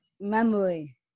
memory